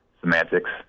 semantics